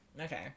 okay